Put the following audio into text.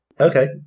Okay